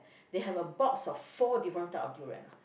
they have a box of four different type of durian lah